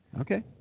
Okay